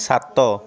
ସାତ